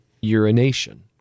urination